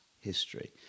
history